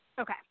Okay